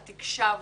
את הקשבת,